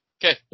Okay